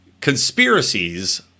conspiracies